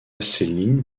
céline